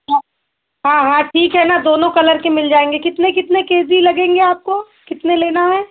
ह हाँ हाँ ठीक है न दोनों कलर के मिल जाएंगे कितने कितने के जी लगेंगे आपको कितने लेना है